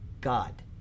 God